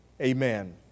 Amen